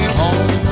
home